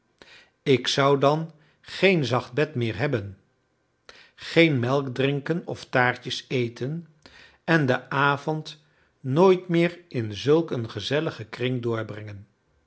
ik zou dan geen zacht bed meer hebben geen melk drinken of taartjes eten en den avond nooit meer in zulk een gezelligen kring doorbrengen